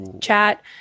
chat